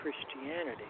Christianity